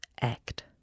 act